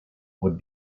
would